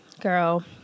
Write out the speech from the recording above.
Girl